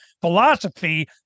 philosophy